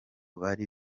bari